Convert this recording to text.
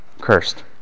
Cursed